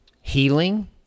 healing